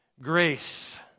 grace